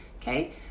Okay